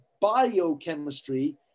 biochemistry